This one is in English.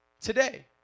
today